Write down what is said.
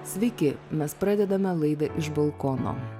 sveiki mes pradedame laidą iš balkono